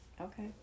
Okay